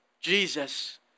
Jesus